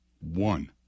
One